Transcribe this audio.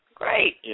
Great